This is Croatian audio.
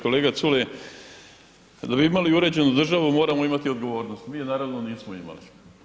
Kolega Culej, da bi imali uređenu državu moramo imati odgovornost, mi je naravno nismo imali.